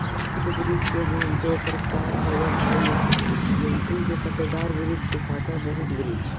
जैतून के वृक्ष दो प्रकार के होवअ हई जैतून के कांटेदार वृक्ष और कांटा रहित वृक्ष